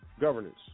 governance